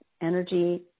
energy